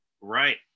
Right